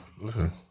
Listen